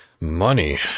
money